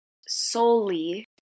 solely